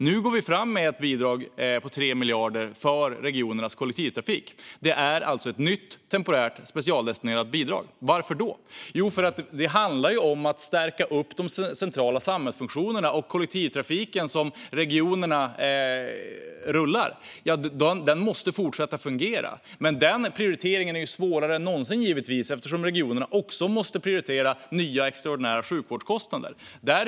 Nu går vi fram med ett nytt temporärt specialdestinerat bidrag på 3 miljarder för regionernas kollektivtrafik. Varför då? Det handlar om att stärka upp de centrala samhällsfunktionerna, och kollektivtrafiken, som regionerna ser till rullar, måste fortsätta fungera. Men den prioriteringen är givetvis svårare än någonsin för regionerna, eftersom de också måste prioritera nya extraordinära sjukvårdskostnader.